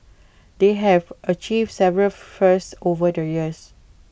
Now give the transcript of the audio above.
they have achieved several firsts over the years